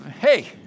hey